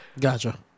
Gotcha